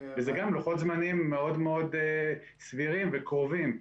אלה לוחות זמנים מאוד סבירים וקרובים.